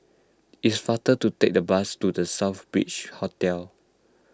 it's faster to take the bus to the Southbridge Hotel